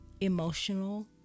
emotional